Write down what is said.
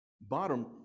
bottom